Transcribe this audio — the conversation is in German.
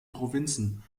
provinzen